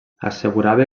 assegurava